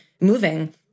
moving